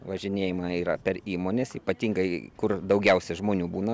važinėjama yra per įmones ypatingai kur daugiausia žmonių būna